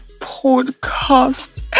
podcast